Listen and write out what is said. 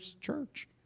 church